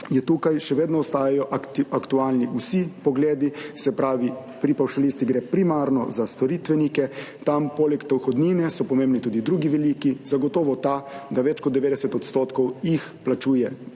tukaj še vedno ostajajo aktualni vsi pogledi, se pravi, pri pavšalistih gre primarno za storitvenike, tam poleg dohodnine so pomembni tudi drugi veliki, zagotovo ta, da več kot 90 % jih plačuje